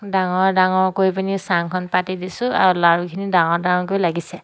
ডাঙৰ ডাঙৰকৈ কৰি পিনি চাংখন পাতি দিছোঁ আৰু লাওখিনি ডাঙৰ ডাঙৰকৈ লাগিছে